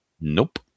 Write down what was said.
Nope